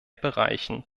bereichen